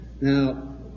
Now